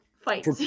fight